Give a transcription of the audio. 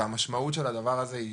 המשמעות של הדבר הזה היא